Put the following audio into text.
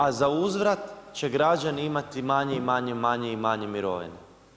A za uzvrat će građani imati, manje i manje i manje i manje mirovine.